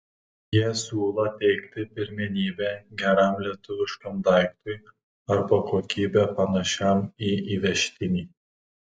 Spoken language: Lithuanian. jie siūlo teikti pirmenybę geram lietuviškam daiktui arba kokybe panašiam į įvežtinį